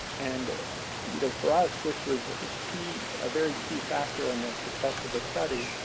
and you know, for us, this was a key, ah very key factor, in the success of the study.